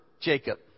Jacob